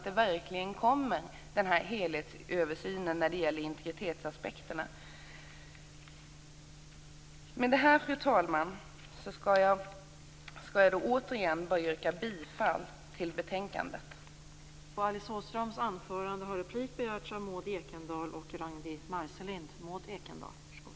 Det måste komma en helhetsöversyn av integritetsaspekterna. Fru talman! Jag vill återigen yrka bifall till utskottets hemställan.